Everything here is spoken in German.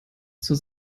zur